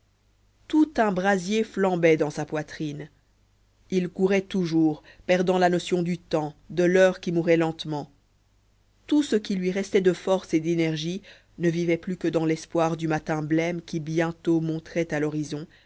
tout un brasier flambait dans sa poitrine il courait toujours perdant la notion du temps de l'heure qui mourait lentement tout ce qui lui restait de force et d'énergie ne vivait plus que dans l'espoir du matin blême qui bientôt monterait à l'horizon